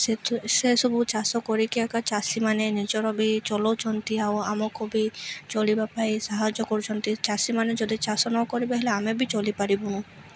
ସେ ସେସବୁ ଚାଷ କରିକି ଆକା ଚାଷୀମାନେ ନିଜର ବି ଚଲଉଛନ୍ତି ଆଉ ଆମକୁ ବି ଚଳିବା ପାଇଁ ସାହାଯ୍ୟ କରୁଛନ୍ତି ଚାଷୀମାନେ ଯଦି ଚାଷ ନ କରିବେ ହେଲେ ଆମେ ବି ଚଳିପାରିବୁନୁ